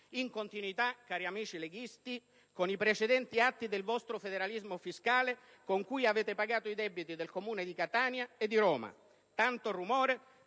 in continuità, cari amici leghisti, con i precedenti atti del vostro federalismo fiscale, con cui avete pagato i debiti del Comune di Catania e del Comune di Roma. Tanto rumore